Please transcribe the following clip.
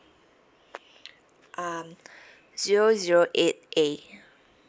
um zero zero eight A